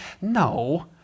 No